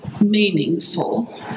meaningful